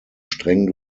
streng